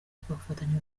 tugafatanya